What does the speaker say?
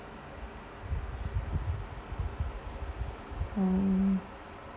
mm